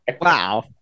wow